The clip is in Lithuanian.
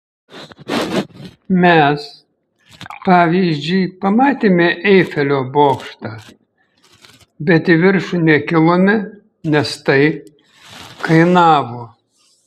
mes pavyzdžiui pamatėme eifelio bokštą bet į viršų nekilome nes tai kainavo